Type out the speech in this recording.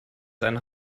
einen